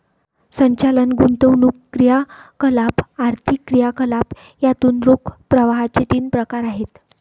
संचालन, गुंतवणूक क्रियाकलाप, आर्थिक क्रियाकलाप यातून रोख प्रवाहाचे तीन प्रकार आहेत